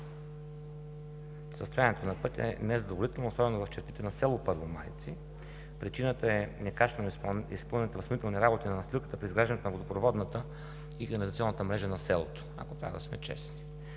Състоянието на пътя е незадоволително особено в село Първомайци. Причината е некачествено изпълнените възстановителни работи на настилката при изграждането на водопроводната и канализационната мрежа на селото, ако трябва да сме честни.